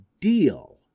deal